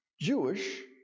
Jewish